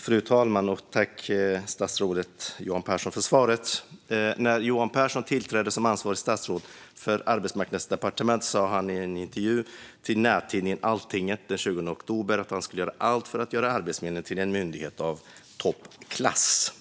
Fru talman! Jag tackar statsrådet Johan Pehrson för svaret. När Johan Pehrson tillträdde som ansvarigt statsråd för Arbetsmarknadsdepartementet sa han i en intervju till nättidningen Altinget den 20 oktober att han skulle göra allt för att göra Arbetsförmedlingen till en myndighet av toppklass.